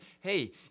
hey